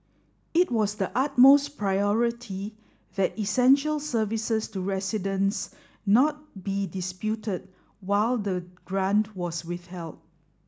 it was the utmost priority that essential services to residents not be disputed while the grant was withheld